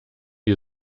die